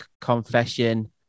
confession